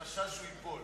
מחשש שהוא ייפול.